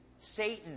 Satan